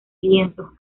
lienzos